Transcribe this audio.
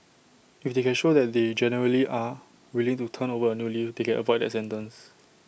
if they can show that they genuinely are willing to turn over A new leaf they can avoid that sentence